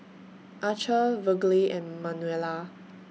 Archer Virgle and Manuela